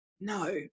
no